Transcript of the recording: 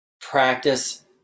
practice